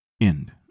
End